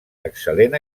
excel·lent